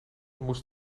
moest